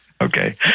Okay